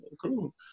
cool